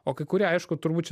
o kai kurie aišku turbūt čia